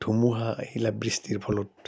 ধুমুহা আহিলে বৃষ্টিৰ ফলত